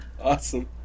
Awesome